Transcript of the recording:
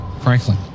Franklin